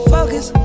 Focus